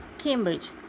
Cambridge